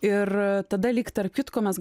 ir tada lyg tarp kitko mes